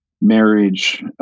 marriage